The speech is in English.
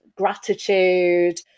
gratitude